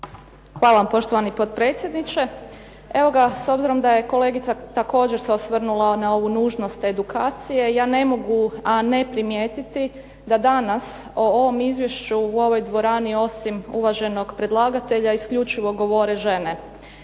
Hvala vam poštovani potpredsjedniče. Evo ga s obzirom da je kolegica također se osvrnula na ovu nužnost edukacije, ja ne mogu a ne primijetiti da danas u ovom izvješću u ovoj dvorani osim uvaženog predlagatelja isključivo govore žene.